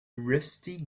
rusty